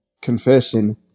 confession